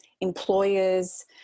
employers